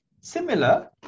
similar